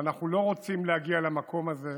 אנחנו לא רוצים להגיע למקום הזה.